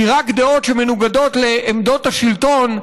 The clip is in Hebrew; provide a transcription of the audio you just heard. כי רק דעות שמנוגדות לעמדות השלטון,